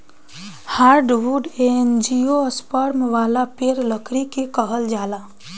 hardwood angiosperm वाला पेड़ लकड़ी के कहल जाला